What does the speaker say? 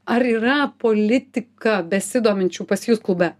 ar yra politika besidominčių pas jus klube